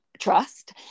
trust